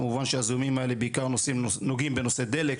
כמובן שהזיהומים האלה בעיקר נוגעים בנושא דלק,